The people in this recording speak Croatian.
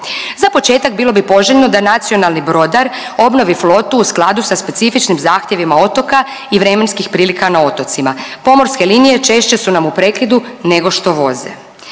Za početak bilo bi poželjno da nacionalni brodar obnovi flotu u skladu sa specifičnim zahtjevima otoka i vremenskih prilika na otocima. Pomorske linije češće su nam u prekidu nego što voze.